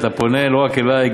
ואתה פונה לא רק אלי,